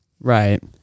right